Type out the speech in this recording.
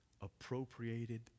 appropriated